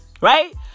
right